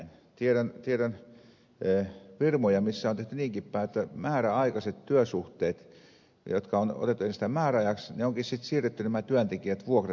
tiedän firmoja joissa on tehty niinkin päin että määräaikaiset työsuhteet jotka on tehty ensin määräajaksi työntekijät onkin sitten siirretty vuokrafirman palvelukseen